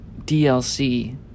DLC